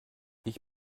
ich